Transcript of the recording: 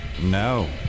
No